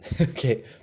okay